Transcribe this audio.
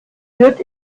wird